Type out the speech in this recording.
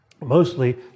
mostly